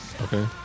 Okay